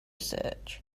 search